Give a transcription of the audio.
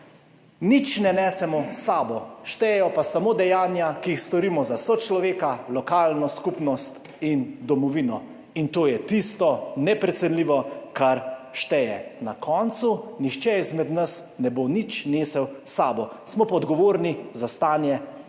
nič ne nesemo s sabo, štejejo pa samo dejanja, ki jih storimo za sočloveka, lokalno skupnost in domovino. In to je tisto neprecenljivo, kar šteje. Na koncu nihče izmed nas ne bo nič nesel s sabo, smo pa odgovorni za stanje v